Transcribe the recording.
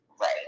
Right